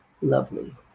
lovely